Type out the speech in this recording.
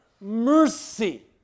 mercy